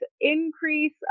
increase